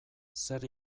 zer